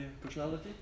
personality